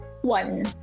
one